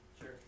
Sure